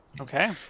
Okay